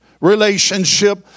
relationship